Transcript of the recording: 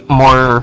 more